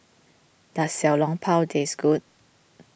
does Xiao Long Bao taste good